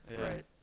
Right